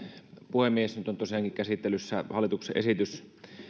puhemies nyt on tosiaankin käsittelyssä hallituksen esitys